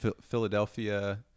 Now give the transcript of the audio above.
philadelphia